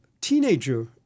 teenager